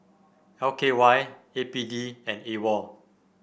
L K Y A P D and A WOL